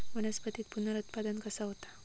वनस्पतीत पुनरुत्पादन कसा होता?